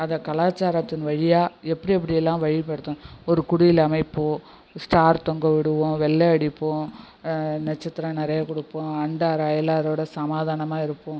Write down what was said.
அதை கலாச்சாரத்தின் வழியாக எப்படி எப்படியெல்லாம் வழிபடுத்தணும் ஒரு குடில் அமைப்போம் ஸ்டார் தொங்க விடுவோம் வெள்ளையடிப்போம் நட்சத்திரம் நிறைய கொடுப்போம் அண்டார் அயலாரோடு சமாதானமாக இருப்போம்